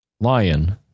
lion